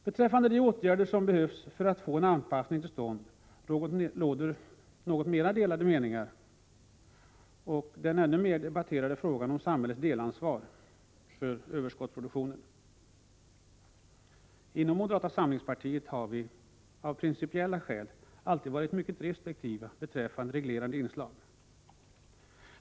Beträffande åtgärder som behövs för att få en anpassning till stånd råder något mer delade meningar, liksom beträffande den ännu mer omdebatterade frågan om samhällets delansvar för överskottsproduktionen. Inom moderata samlingspartiet har vi av principiella skäl alltid varit mycket restriktiva i fråga om reglerande inslag.